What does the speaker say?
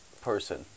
person